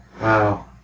Wow